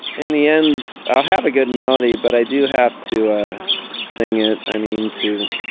in the end. i'll have a good melody, but i do have to sing it. i mean to